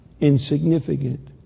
insignificant